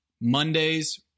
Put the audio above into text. Mondays